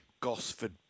Gosford